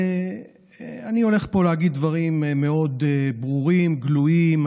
אני עומד להגיד דברים מאוד ברורים, גלויים.